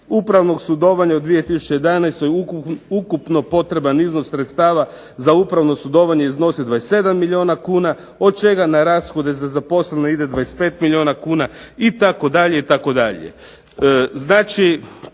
upravnog sudovanja u 2011., ukupno potreban iznos sredstava za upravno sudovanje iznosi 27 milijuna kuna, od čega na rashode za zaposlene ide 25 milijuna kuna itd.,